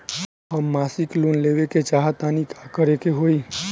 हम मासिक लोन लेवे के चाह तानि का करे के होई?